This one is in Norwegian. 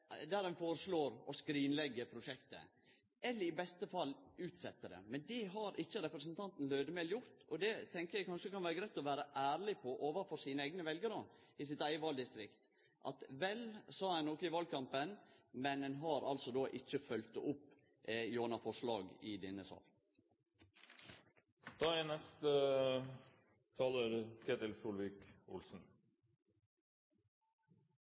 ein foreslår å skrinleggje prosjektet eller i beste fall utsetje det. Men det har ikkje representanten Lødemel gjort. Eg tenkjer at det kanskje kan vere greitt å vere ærleg på det overfor sine eigne veljarar, i sitt eige valdistrikt, at vel sa ein noko i valkampen, men ein har altså ikkje følgt det opp gjennom forslag i denne